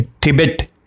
Tibet